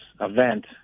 event